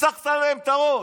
פיצחת להם את הראש,